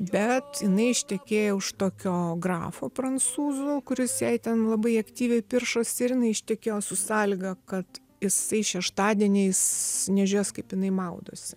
bet jinai ištekėjo už tokio grafo prancūzo kuris jai ten labai aktyviai piršosi ir jinai ištekėjo su sąlyga kad jisai šeštadieniais nežiūrės kaip jinai maudosi